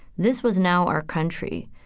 this was now our country,